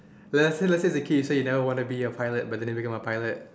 let's say let's say the kid said he never want to be a pilot but then he become a pilot